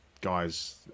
guys